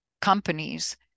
companies